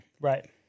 Right